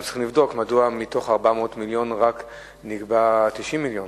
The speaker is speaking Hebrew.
גם צריכים לבדוק מדוע מתוך 400 מיליון נגבו רק 90 מיליון.